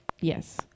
yes